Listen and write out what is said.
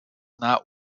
not